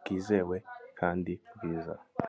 bwizewe kandi bwiza.